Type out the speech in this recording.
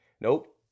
Nope